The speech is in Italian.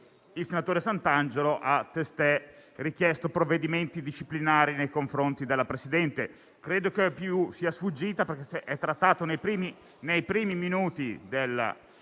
il senatore Santangelo ha richiesto provvedimenti disciplinari nei confronti della Presidente. Credo che ai più sia sfuggito, perché è accaduto nei primi minuti della